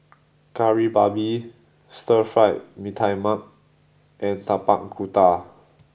Kari Babi Stir fried Mee Tai Mak and Tapak Kuda